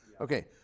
Okay